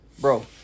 Bro